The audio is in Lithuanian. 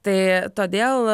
tai todėl